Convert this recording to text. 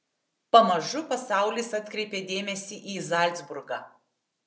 pamažu pasaulis atkreipė dėmesį į zalcburgą